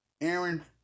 Aaron